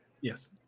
Yes